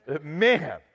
man